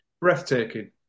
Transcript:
breathtaking